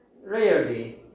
Rarely